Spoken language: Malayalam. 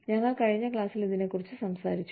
ഞങ്ങൾ കഴിഞ്ഞ ക്ലാസ്സിൽ ഇതിനെക്കുറിച്ച് സംസാരിച്ചു